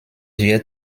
wir